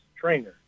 trainer